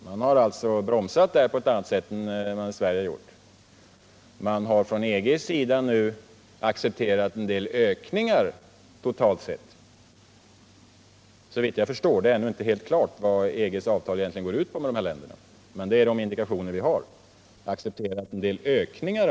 Man har där alltså bromsat på ett annat sätt än vi gjort i Sverige. Från EG:s sida har man accepterat en del ökningar totalt sett. Såvitt jag förstår är det så, men det är ännu inte helt klart vad EG:s avtal med dessa länder egentligen går ut på. Enligt de indikationer vi fått har man emellertid. accepterat en del ökningar.